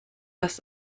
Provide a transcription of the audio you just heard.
das